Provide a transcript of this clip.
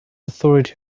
authority